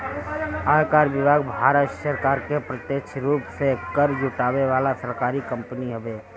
आयकर विभाग भारत सरकार के प्रत्यक्ष रूप से कर जुटावे वाला सरकारी कंपनी हवे